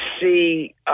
see –